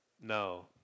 no